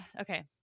Okay